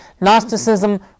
Gnosticism